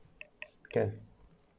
can